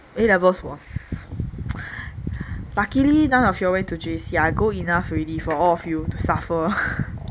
a levels was luckily none of y'all went to J_C I go enough already for all of you to suffer